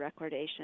recordation